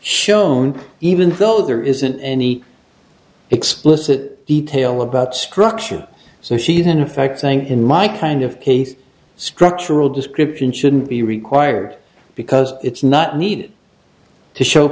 shown even though there isn't any explicit detail about structure so she's in fact saying in my kind of case structural description shouldn't be required because it's not needed to show